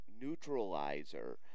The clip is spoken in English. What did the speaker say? neutralizer